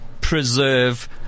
Preserve